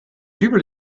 dübel